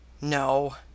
No